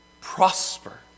prosper